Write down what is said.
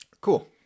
cool